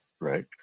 right